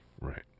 Right